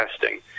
testing